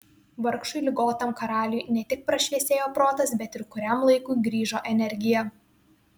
vargšui ligotam karaliui ne tik prašviesėjo protas bet ir kuriam laikui grįžo energija